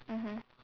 mmhmm